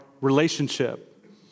relationship